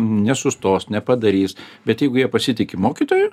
nesustos nepadarys bet jeigu jie pasitiki mokytoju